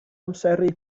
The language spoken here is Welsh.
amseru